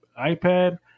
iPad